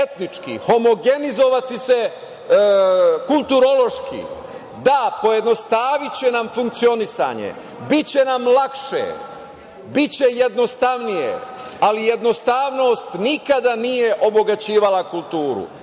homogenizovati se kulturološki, da, pojednostaviće nam funkcionisanje, biće nam lakše, biće jednostavnije. Ali, jednostavnost nikada nije obogaćivala kulturu.